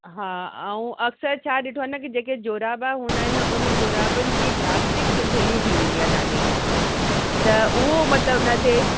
हा ऐं अक्सर छा ॾिठो आहे न के जेके जोराब हूंदा आहिनि उन जोराबनि जी इलास्टिक ढिली थी वेंदी आहे ॾाढी त उहो मतिलबु न थिए